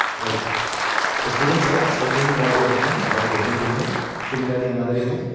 like the same text, the same call to action. but a different image. similarly another image.